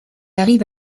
arrive